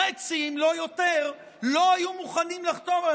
חצי, אם לא יותר, לא היו מוכנים לחתום על